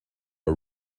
are